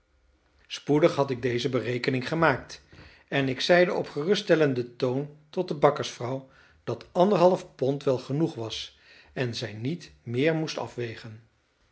spoedig had ik deze berekening gemaakt en ik zeide op geruststellenden toon tot de bakkersvrouw dat anderhalf pond wel genoeg was en zij niet meer moest afwegen